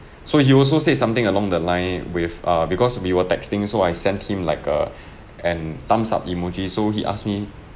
so he also say something along the line with uh because we were texting so I sent him like a an thumbs-up emoji so he ask me